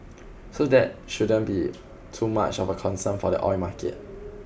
so that shouldn't be too much of a concern for the oil market